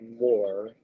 more